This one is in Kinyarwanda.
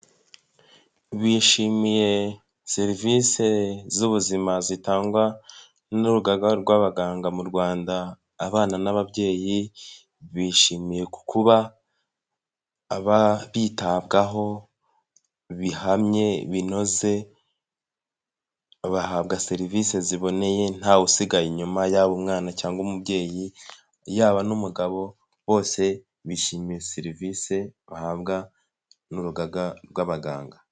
Bishimiye serivisi z'ubuzima zitangwa n'urugaga rw'abaganga mu Rwanda, abana n'ababyeyi bishimiye ku kuba aba bitabwaho bihamye, binoze bahabwa serivisi ziboneye ntawe usigaye inyuma yaba umwana cyangwa umubyeyi, yaba n'umugabo bose bishimiye serivisi bahabwa n'urugaga rw'abaganga.